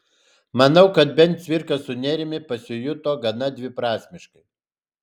manau kad bent cvirka su nėrimi pasijuto gana dviprasmiškai